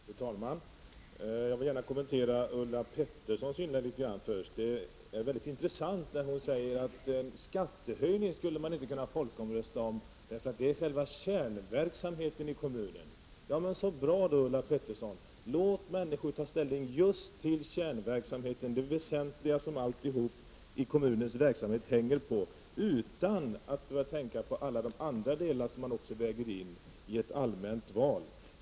Fru talman! Jag vill gärna först något kommentera Ulla Petterssons inlägg. Hon sade att man inte skulle kunna folkomrösta om en skattehöjning, därför att det gäller själva kärnverksamheten i kommunen. Ja men, så bra då, Ulla Pettersson! Låt människor ta ställning till just kärnverksamheten, det väsentliga som all kommunens verksamhet hänger på, utan att behöva tänka på alla de andra saker som man också väger in vid ett allmänt val.